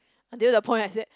until the point I said